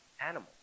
Animals